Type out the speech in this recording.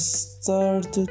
start